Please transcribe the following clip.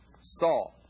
Saul